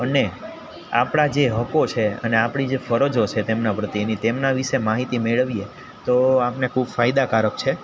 અને આપણા જે હકો છે અને આપણી જે ફરજો છે તેમના પ્રત્યેની તેમના વિશે માહિતી મેળવીએ તો આપને ખૂબ ફાયદાકારક છે